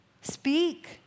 Speak